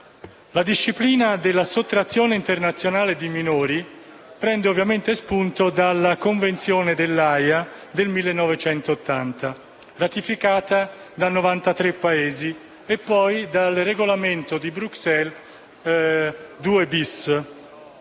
La disciplina della sottrazione internazionale di minori prende spunto dalla Convenzione dell'Aja del 1980, ratificata da 93 Paesi, e poi dal regolamento di Bruxelles II-*bis*.